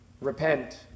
repent